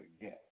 again